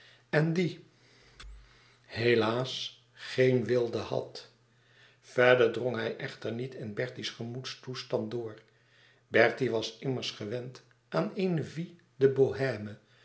en die helaas geen weelde had verder drong hij echter niet in bertie's gemoedstoestand door bertie was immers gewend aan een vie de